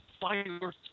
fire